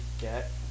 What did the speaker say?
get